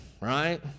right